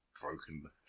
broken